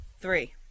three